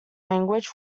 language